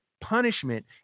punishment